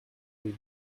rue